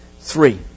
three